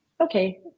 Okay